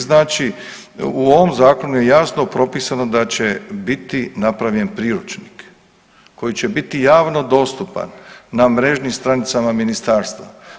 Znači u ovom zakonu je jasno propisano da će biti napravljen priručnik koji će biti javno dostupan na mrežnim stranicama Ministarstva.